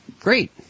Great